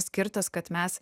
skirtos kad mes